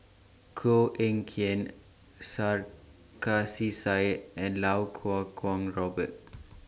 Koh Eng Kian Sarkasi Said and Lau Kuo Kwong Robert